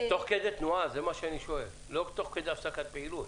תוך כדי תנועה לא תוך כדי הפסקת פעילות.